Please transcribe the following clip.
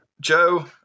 Joe